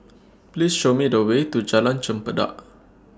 Please Show Me The Way to Jalan Chempedak